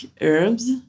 herbs